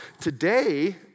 Today